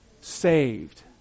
saved